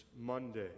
Monday